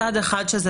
צד אחד של זה,